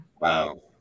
Wow